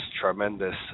tremendous